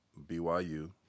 BYU